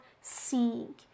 seeing